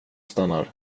stannar